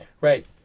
Right